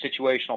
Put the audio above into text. situational